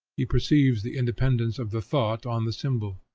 he perceives the independence of the thought on the symbol,